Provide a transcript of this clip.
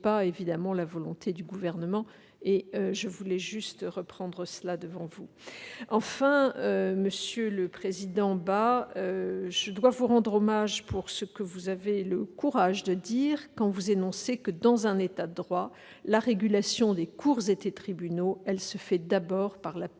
n'est évidemment pas la volonté du Gouvernement, je voulais juste le rappeler devant vous. Monsieur le président Bas, je dois vous rendre hommage pour ce que vous avez le courage de dire quand vous énoncez que, dans un État de droit, la régulation des cours et des tribunaux se fait d'abord par